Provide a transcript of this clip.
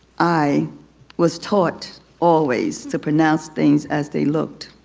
i was taught always to pronounce things as they looked.